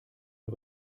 nur